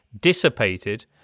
dissipated